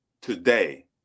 today